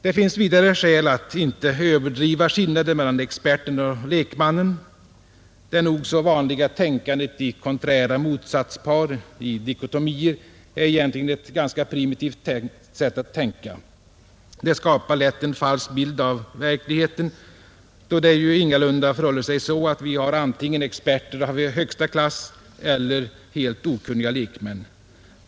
Det finns vidare skäl att inte överdriva skillnaden mellan experten och lekmannen — det nog så vanliga tänkandet i konträra motsatspar, i dikotomier, är egentligen ett ganska primitivt sätt att tänka. Det skapar lätt en falsk bild av verkligheten, då det ju ingalunda förhåller sig så, att vi har antingen experter av högsta klass eller helt okunniga lekmän.